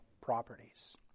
properties